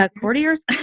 courtiers